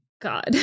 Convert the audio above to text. god